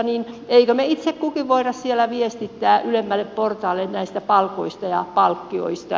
emmekö me itse kukin voi siellä viestittää ylemmälle portaalle näistä palkoista ja palkkioista